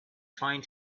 trying